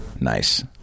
nice